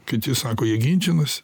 kiti sako jie ginčinas